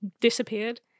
disappeared